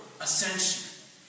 ascension